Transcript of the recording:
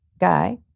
guy